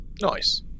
Nice